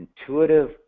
intuitive